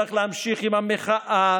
צריך להמשיך עם המחאה,